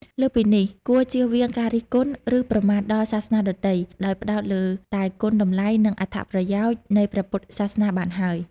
លើសពីនេះ គួរជៀសវាងការរិះគន់ ឬប្រមាថដល់សាសនាដទៃ ដោយផ្តោតលើតែគុណតម្លៃ និងអត្ថប្រយោជន៍នៃព្រះពុទ្ធសាសនាបានហើយ។